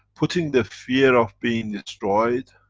putting the fear of being destroyed,